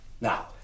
Now